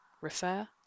Refer